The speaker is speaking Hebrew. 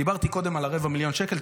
דיברתי קודם על 250,000 שקל.